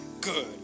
good